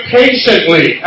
patiently